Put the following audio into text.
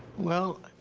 well,